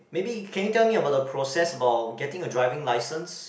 maybe can you tell me about the process about getting a driving license